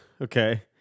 Okay